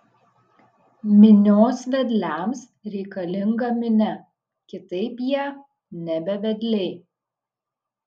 minios vedliams reikalinga minia kitaip jie nebe vedliai